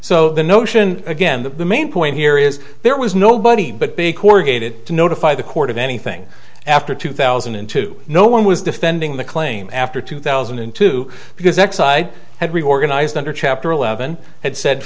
so the notion again that the main point here is there was nobody but big corrugated to notify the court of anything after two thousand and two no one was defending the claim after two thousand and two because exide had reorganized under chapter eleven had said